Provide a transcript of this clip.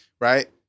Right